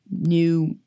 New